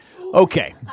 Okay